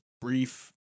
brief